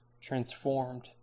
transformed